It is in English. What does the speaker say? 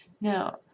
now